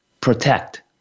protect